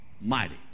mighty